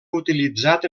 utilitzat